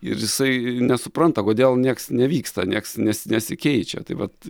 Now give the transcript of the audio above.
ir jisai nesupranta kodėl nieks nevyksta nieks nes nesikeičia tai vat